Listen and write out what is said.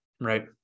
Right